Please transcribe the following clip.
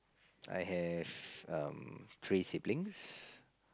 I have um three siblings